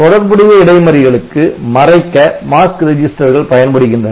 தொடர்புடைய இடைமறிகளுக்கு மறைக்க Mask ரெஜிஸ்டர்கள் பயன்படுகின்றன